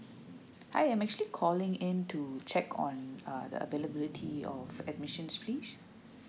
hi I'm actually calling in to check on uh the availability or admission fees